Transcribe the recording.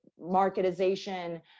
marketization